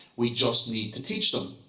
we just need to teach them.